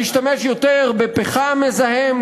נשתמש יותר בפחם מזהם,